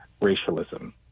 racialism